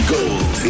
Gold